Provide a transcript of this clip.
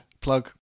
Plug